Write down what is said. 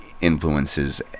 influences